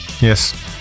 Yes